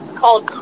called